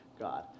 God